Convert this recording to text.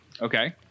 Okay